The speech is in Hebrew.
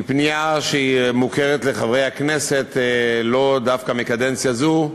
היא פנייה שמוכרת לחברי הכנסת לאו דווקא מקדנציה זו,